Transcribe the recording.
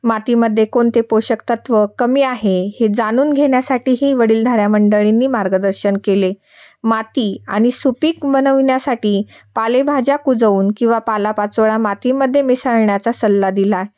मातीमध्ये कोणते पोषक तत्त्व कमी आहे हे जाणून घेण्यासाठीही वडीलधाऱ्या मंडळींनी मार्गदर्शन केले माती आणि सुपीक बनविण्यासाठी पालेभाज्या कुजवून किंवा पालापाचोळ्या मातीमध्ये मिसळण्याचा सल्ला दिला